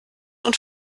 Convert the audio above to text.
und